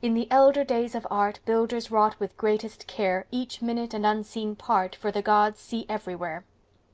in the elder days of art builders wrought with greatest care each minute and unseen part, for the gods see everywhere